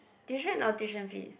tuition or tuition fees